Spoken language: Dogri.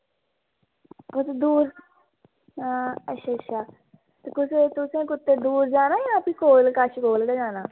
बड़ी दूर अं अच्छा अच्छा ते चपसें कुदै दूर जाना जा कुदै कश जाना